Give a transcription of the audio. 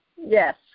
Yes